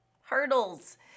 hurdles